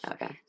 Okay